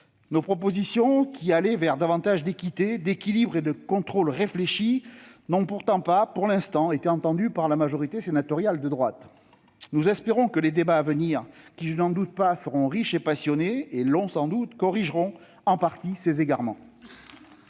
Nos propositions, qui tendaient vers davantage d'équité, d'équilibre et de contrôle réfléchi, n'ont pourtant pas, pour l'instant, été entendues par la majorité sénatoriale de droite. Et du centre ! Nous espérons que les débats à venir- ils seront, je n'en doute pas, riches, passionnés, et probablement longs - corrigeront en partie ces égarements.